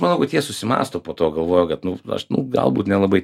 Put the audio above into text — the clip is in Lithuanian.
manau kad jie susimąsto po to galvoja kad nu aš nu galbūt nelabai